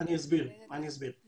אפשר להמיט עליו ממש אסון